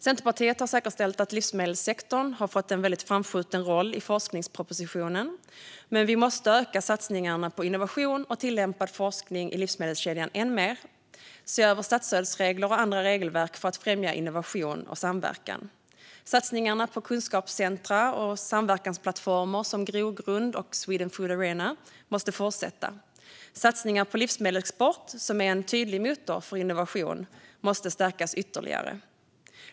Centerpartiet har säkerställt att livsmedelssektorn har fått en väldigt framskjuten roll i forskningspropositionen, men vi måste öka satsningarna på innovation och tillämpad forskning i livsmedelskedjan än mer. Vi måste också se över statsstödsregler och andra regelverk för att främja innovation och samverkan. Satsningarna på kunskapscentrum och samverkansplattformar som Grogrund och Sweden Food Arena måste fortsätta. Satsningarna på livsmedelsexport, som är en tydlig motor för innovation, måste stärkas ytterligare.